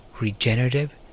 regenerative